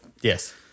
Yes